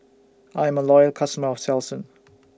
I'm A Loyal customer of Selsun